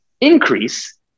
increase